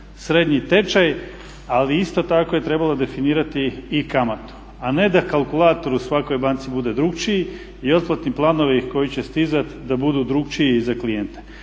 srednji tečaj, ali isto tako je trebalo definirati i kamatu a ne da kalkulator u svakoj banci bude drukčiji i otplatni planovi koji će stizati da budu drukčiji za klijente.